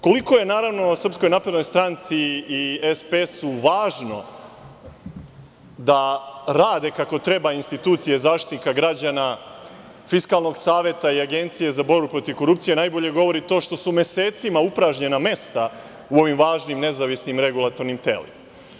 Koliko je SNS-u i SPS-u važno da rade kako treba institucije Zaštitnika građana, Fiskalnog saveta i Agencije za borbu protiv korupcije, najbolje govori to što su mesecima upražnjena mesta u ovim važnim nezavisnim regulatornim telima.